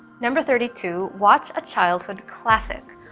number thirty two watch a childhood classic.